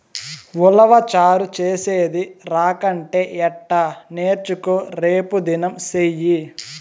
ఉలవచారు చేసేది రాకంటే ఎట్టా నేర్చుకో రేపుదినం సెయ్యి